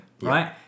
right